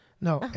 No